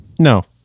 no